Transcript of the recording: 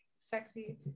sexy